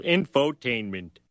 Infotainment